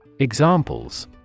Examples